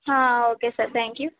okay sir thank you